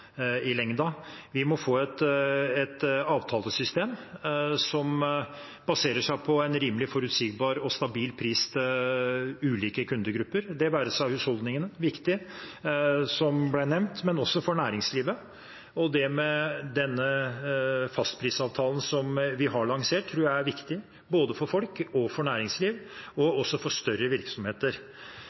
i lengden. Vi må få et avtalesystem som baserer seg på en rimelig, forutsigbar og stabil pris til ulike kundegrupper, det være seg husholdningene – viktig, som ble nevnt – eller også næringslivet. Og denne fastprisavtalen som vi har lansert, tror jeg er viktig, både for folk og for næringsliv, og også for større virksomheter.